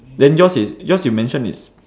then yours is yours you mention is